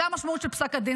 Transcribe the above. זו המשמעות של פסק הדין.